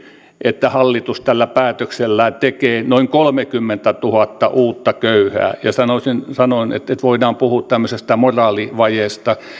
että hallitus tällä päätöksellään tekee noin kolmekymmentätuhatta uutta köyhää sanoin että voidaan puhua tämmöisestä moraalivajeesta